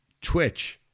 Twitch